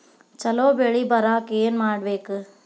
ಛಲೋ ಬೆಳಿ ಬರಾಕ ಏನ್ ಮಾಡ್ಬೇಕ್?